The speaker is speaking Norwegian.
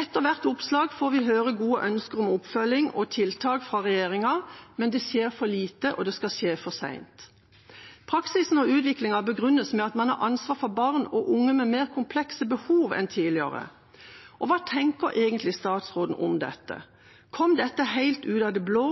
Etter hvert oppslag får vi høre gode ønsker om oppfølging og tiltak fra regjeringa, men det skjer for lite, og det skal skje for sent. Praksisen og utviklingen begrunnes med at man har ansvar for barn og unge med mer komplekse behov enn tidligere. Hva tenker egentlig statsråden om dette? Kom dette helt ut av det blå,